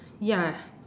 ya